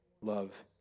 love